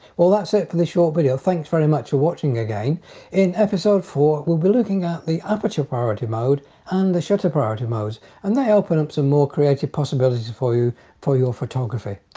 well that's it for this short video thanks very much for watching again in episode four we'll be looking at the aperture priority mode and the shutter priority mode and they open up some more creative possibilities for you for your photography,